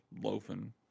loafing